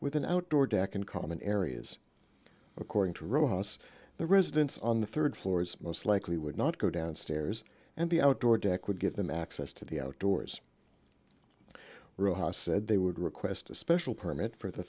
with an outdoor deck and common areas according to rojas the residents on the rd floor is most likely would not go downstairs and the outdoor deck would give them access to the outdoors roo house said they would request a special